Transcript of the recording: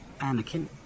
Anakin